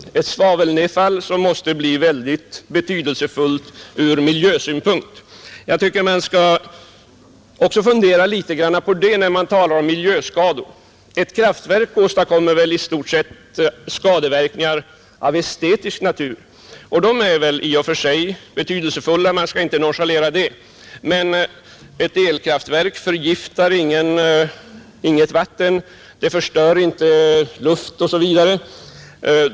Det svavelnedfall som sedan följer måste bli mycket betydelsefullt ur miljösynpunkt. Jag tycker att man också bör fundera litet grand på det när man talar om miljöskador. Ett vattenkraftverk åstadkommer i stort sett skadeverkningar av estetisk natur. De är i och för sig betydelsefulla, och man skall inte nonchalera dem, men ett vattenkraftverk förgiftar inget vatten, det förstör ingen luft osv.